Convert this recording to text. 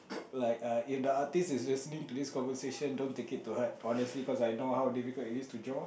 like uh if the artist is listening to this conversation don't take it to heart honestly cause I know how difficult it is to draw